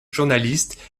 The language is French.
journaliste